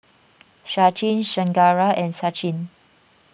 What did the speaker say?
Sachin Chengara and Sachin